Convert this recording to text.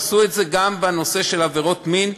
עשו את זה גם בנושא של עבירות מין,